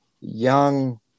young